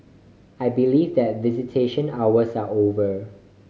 I believe that visitation hours are over